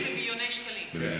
בהיקף כספי ובמיליוני שקלים.